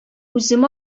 үзем